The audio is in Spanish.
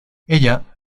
ella